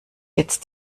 jetzt